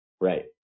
Right